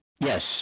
Yes